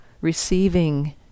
receiving